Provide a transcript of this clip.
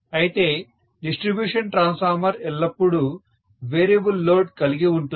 అయితే distribution transformer ఎల్లప్పుడూ variable load కలిగి ఉంటుంది